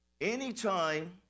anytime